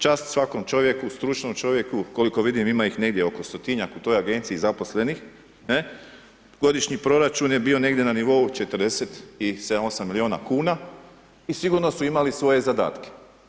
Čast svakom čovjeku, stručnom čovjeku koliko vidim ima ih negdje oko 100-tinjak u toj agenciji zaposlenih, ne, godišnji proračun je bio negdje na nivou 47 i 8 miliona kuna i sigurno su imali svoje zadatke.